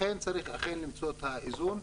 לכן צריך למצוא את האיזון.